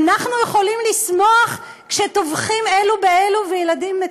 אנחנו יכולים לשמוח כשטובחים אלו באלו וילדים מתים?